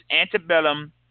antebellum